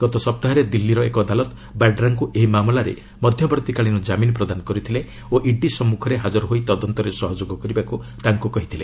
ଗତ ସପ୍ତାହରେ ଦିଲ୍ଲୀର ଏକ ଅଦାଲତ ବାଡ୍ରାଙ୍କୁ ଏହି ମାମଲାରେ ମଧ୍ୟବର୍ତ୍ତୀକାଳୀନ ଜାମିନ ପ୍ରଦାନ କରିଥିଲେ ଓ ଇଡି ସମ୍ମୁଖରେ ହାଜର ହୋଇ ତଦନ୍ତରେ ସହଯୋଗ କରିବାକୁ ତାଙ୍କୁ କହିଥିଲେ